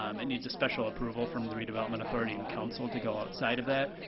um and needs a special approval from the redevelopment authority and council to go outside of that.